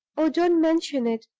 oh, don't mention it!